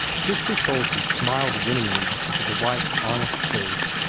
sister soulsby smiled winningly into the wife's honest face.